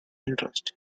interest